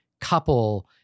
couple